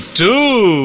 two